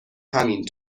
همین